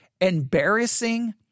embarrassing